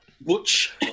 Butch